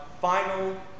final